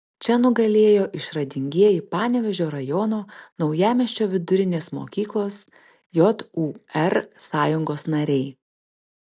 čia nugalėjo išradingieji panevėžio rajono naujamiesčio vidurinės mokyklos jūr sąjungos nariai